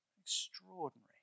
Extraordinary